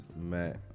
matt